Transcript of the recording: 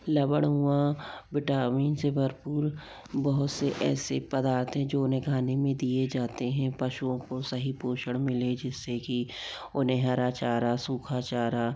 लवण हुआ विटामिन से भरपूर बहुत से ऐसे पदार्थ हैं जो उन्हें खाने में दिये जाते हैं पशुओं को सही पोषण मिले जिससे की उन्हें हरा चारा सूखा चारा